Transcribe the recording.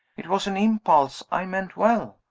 it was an impulse i meant well.